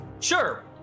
Sure